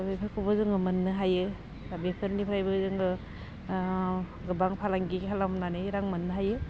बेफोरखौबो जों मोन्नो हायो दा बेफोरनिफ्रायबो जोङो गोबां फालांगि खालामनानै रां मोन्नो हायो